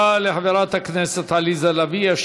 תודה לחברת הכנסת עליזה לביא.